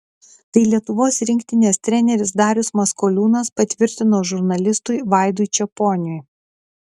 tai lietuvos rinktinės treneris darius maskoliūnas patvirtino žurnalistui vaidui čeponiui